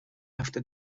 هفته